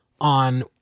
on